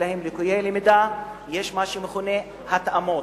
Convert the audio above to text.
להם ליקויי למידה יש מה שמכונה "התאמות".